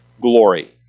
glory